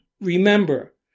remember